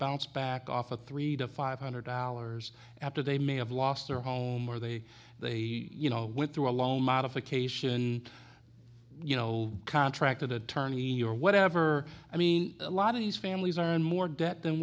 bounce back off a three to five hundred dollars after they may have lost their home or they they you know went through a loan modification you know contracted attorney or whatever i mean a lot of these families are in more debt than